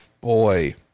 Boy